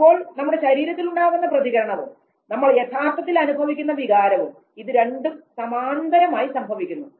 അപ്പോൾ നമ്മുടെ ശരീരത്തിലുണ്ടാകുന്ന പ്രതികരണവും നമ്മൾ യഥാർഥത്തിൽ അനുഭവിക്കുന്ന വികാരവും ഇതുരണ്ടും സമാന്തരമായി സംഭവിക്കുന്നു